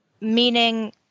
meaning